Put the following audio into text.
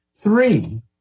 Three